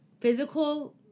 physical